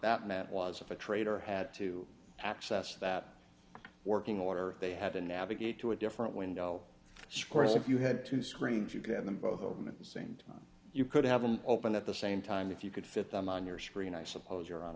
that meant was if a trader had to access that working order they had to navigate to a different window screens if you had two screens you could have them both of them at the same time you could have them open at the same time if you could fit them on your screen i suppose your hon